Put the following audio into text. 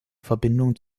verbindung